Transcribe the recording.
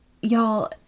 y'all